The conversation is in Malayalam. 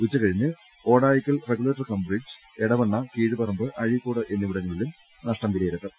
ഉച്ചകഴിഞ്ഞ് Odayikkal regulator cum bridge Edavanna Kizhuparamba Azhikode എന്നിവിടങ്ങളിലും നഷ്ടം വിലയിരുത്തും